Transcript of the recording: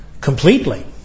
completely